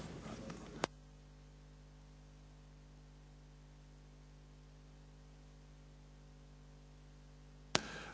Hvala vam